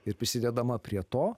ir prisidedama prie to